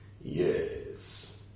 yes